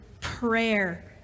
prayer